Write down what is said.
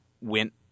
went